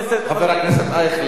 חבר הכנסת אייכלר,